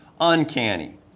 Uncanny